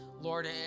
Lord